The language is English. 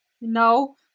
No